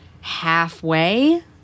halfway